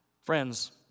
Friends